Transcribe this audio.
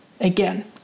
again